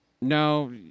No